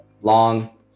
Long